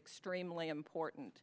extremely important